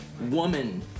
woman